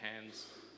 hands